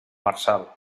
marçal